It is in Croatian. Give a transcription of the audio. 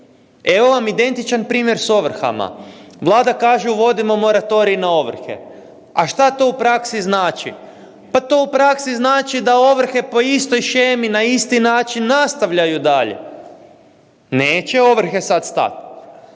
Evo vam identičan primjer s ovrhama. Vlada kaže uvodimo moratorij na ovrhe. A što to u praksi znači? Pa to u praksi znači da ovrhe po istoj shemi, na isti način nastavljaju dalje. Neće ovrhe sad stati,